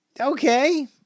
Okay